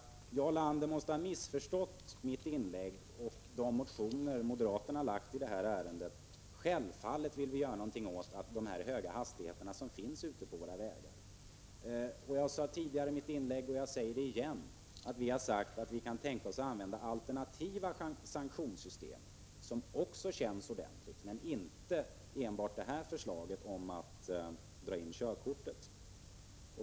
Jarl Lander måste ha missförstått mitt inlägg och de motioner moderaterna väckt i detta ärende. Självfallet vill vi göra något åt de höga hastigheterna på våra vägar. Jag sade tidigare i mitt inlägg, och jag säger det igen, att vi kan tänka oss att använda alternativa sanktionssystem, som också känns ordentligt, men inte enbart detta att dra in körkortet.